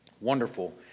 wonderful